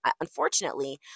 unfortunately